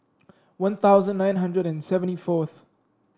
One Thousand nine hundred and seventy fourth